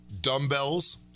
dumbbells